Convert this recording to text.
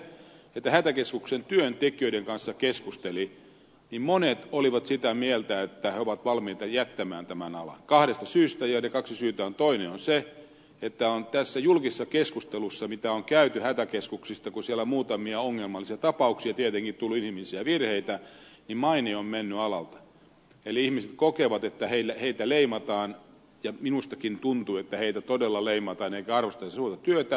kun hätäkeskuksen työntekijöiden kanssa keskusteli niin monet olivat sitä mieltä että he ovat valmiita jättämään tämän alan kahdesta syystä ja niistä kahdesta syystä toinen on se että on tässä julkisessa keskustelussa jota on käyty hätäkeskuksista kun siellä muutamia ongelmallisia tapauksia tietenkin on tullut inhimillisiä virheitä maine mennyt alalta eli ihmiset kokevat että heitä leimataan ja minustakin tuntui että heitä todella leimataan eikä arvosteta suurta työtä